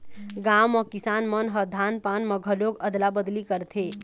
गाँव म किसान मन ह धान पान म घलोक अदला बदली करथे